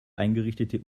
eingerichtete